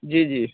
जी जी